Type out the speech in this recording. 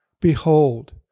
Behold